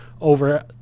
over